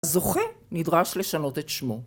הזוכה נדרש לשנות את שמו.